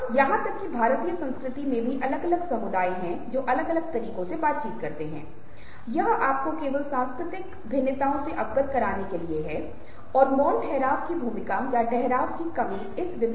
या मुस्कुराहट का उदहारण लेते हैं हम कहते हैं कि बॉस एक अधीनस्थ को गाली दे रहा है और वह मुस्कुराता है और यह मुस्कुराहट गुस्से अपमान उदासी और कई अन्य भावनाओं को छिपाने की कोशिश कर रही है